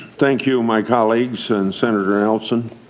thank you, my colleagues and senator nelson.